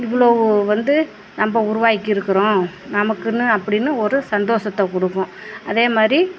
இவ்ளோவ வந்து நம்ம உருவாக்கி இருக்கிறோம் நமக்குன்னு அப்படின்னு ஒரு சந்தோஷத்தை கொடுக்கும் அதே மாதிரி